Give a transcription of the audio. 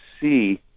see